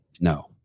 no